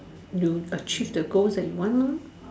you achieve the goals that you want lah